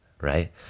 right